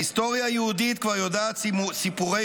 ההיסטוריה היהודית כבר יודעת סיפורי